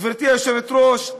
גברתי היושבת-ראש,